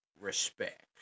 respect